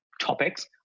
topics